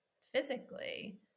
physically